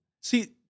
See